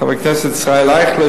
חבר הכנסת ישראל אייכלר,